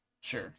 Sure